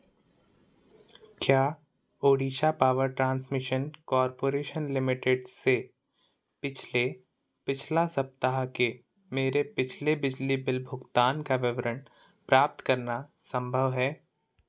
क्या Odisha power transmission corporation limited से पिछले पिछला सप्ताह के मेरे पिछले बिजली बिल भुगतान का विवरण प्राप्त करना संभव है